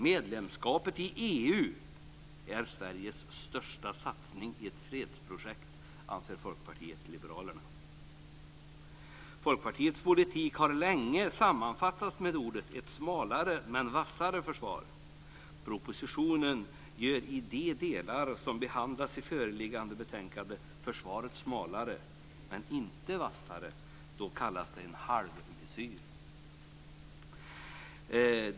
Medlemskapet i EU är Sveriges största satsning i ett fredsprojekt, anser Folkpartiet liberalerna. Folkpartiets politik har länge sammanfattats med orden "ett smalare men vassare försvar". Propositionen gör i de delar som behandlas i föreliggande betänkandet försvaret smalare, men inte vassare. Då kallas det en halvmesyr.